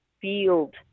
field